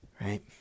Right